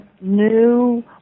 new